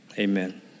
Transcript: Amen